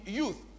youth